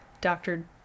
Doctor